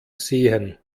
sehen